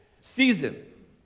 season